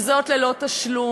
וזאת ללא תשלום.